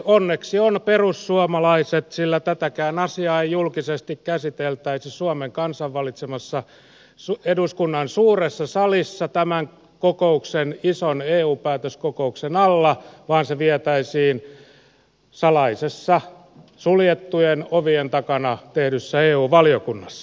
onneksi on perussuomalaiset sillä tätäkään asiaa ei julkisesti käsiteltäisi suomen kansan valitseman eduskunnan suuressa salissa tämän ison eu päätöskokouksen alla vaan se vietäisiin läpi salaisessa suljettujen ovien takana tehdyssä eu valiokunnassa